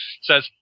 says